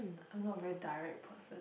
I'm not a very direct person